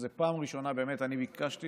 זאת פעם ראשונה, ואני ביקשתי